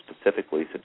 specifically